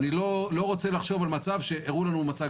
אני לא רוצה לחשוב על מצב שהראו לנו מצג